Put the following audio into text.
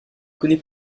connaît